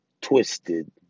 twisted